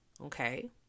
Okay